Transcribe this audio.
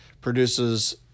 produces